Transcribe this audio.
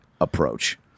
approach